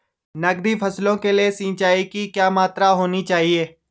नकदी फसलों के लिए सिंचाई की क्या मात्रा होनी चाहिए?